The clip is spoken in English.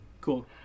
Cool